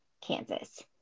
Kansas